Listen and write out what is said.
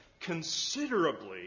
considerably